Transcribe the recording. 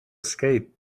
escape